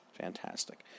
Fantastic